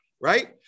right